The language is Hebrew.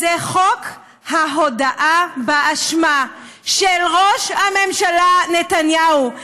זה חוק ההודאה באשמה של ראש הממשלה נתניהו,